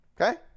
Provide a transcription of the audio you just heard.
Okay